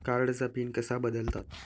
कार्डचा पिन कसा बदलतात?